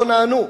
לא נענו.